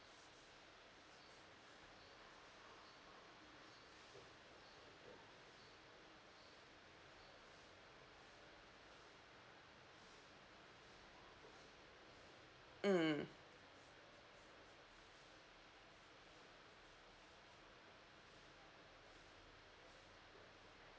mm